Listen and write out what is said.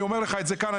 אני אומר לך את זה כאן,